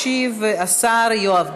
ישיב השר יואב גלנט.